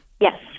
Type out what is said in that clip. Yes